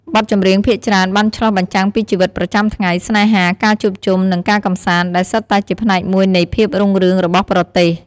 បទចម្រៀងភាគច្រើន បានឆ្លុះបញ្ចាំងពីជីវិតប្រចាំថ្ងៃ ស្នេហា ការជួបជុំ និងការកម្សាន្ត ដែលសុទ្ធតែជាផ្នែកមួយនៃភាពរុងរឿងរបស់ប្រទេស។